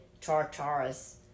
Tartarus